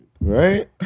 Right